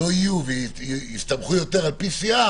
לא יהיו ויסתמכו על PCR,